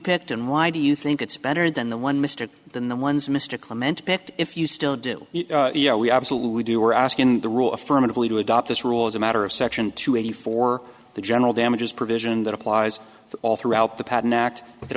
picked and why do you think it's better than the one mr than the ones mr clemente picked if you still do you know we absolutely do we're asking the rule affirmatively to adopt this rule as a matter of section two eighty four the general damages provision that applies all throughout the patent act